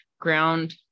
Ground